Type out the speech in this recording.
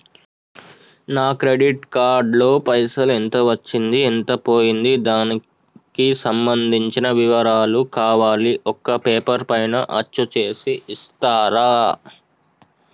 నా credit card లో పైసలు ఎంత వచ్చింది ఎంత పోయింది దానికి సంబంధించిన వివరాలు కావాలి ఒక పేపర్ పైన అచ్చు చేసి ఇస్తరా?